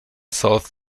south